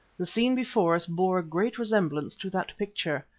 the scene before us bore a great resemblance to that picture.